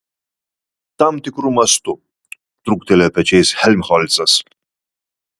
tam tikru mastu truktelėjo pečiais helmholcas